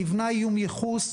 נבנה איום ייחוס,